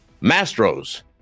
Mastro's